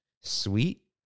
sweet